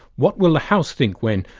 what will the house think when,